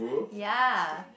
ya